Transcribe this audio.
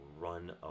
run